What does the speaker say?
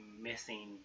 missing